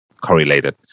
correlated